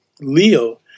Leo